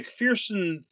McPherson